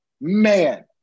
man